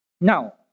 Now